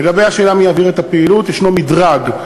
לגבי השאלה, מי יעביר את הפעילות, יש מדרג.